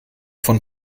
von